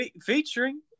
featuring